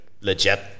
legit